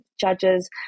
judges